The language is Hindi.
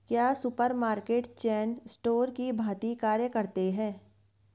क्या सुपरमार्केट चेन स्टोर की भांति कार्य करते हैं?